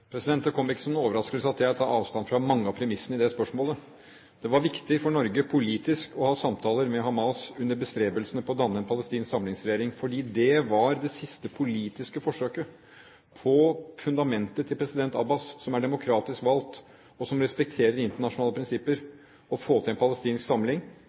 Det kommer ikke som noen overraskelse at jeg tar avstand fra mange av premissene i det spørsmålet. Det var viktig for Norge politisk å ha samtaler med Hamas under bestrebelsene på å danne en palestinsk samlingsregjering, fordi det var det siste politiske forsøket på fundamentet til president Abbas, som er demokratisk valgt, og som respekterer internasjonale prinsipper, å få til en palestinsk samling